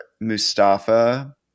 Mustafa